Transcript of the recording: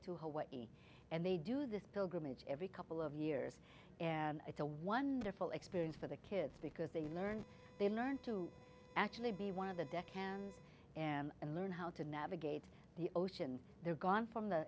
to hawaii and they do this pilgrimage every couple of years and it's a wonderful experience for the kids because they learn they learn to actually be one of the deck hands and learn how to navigate the ocean they're gone from the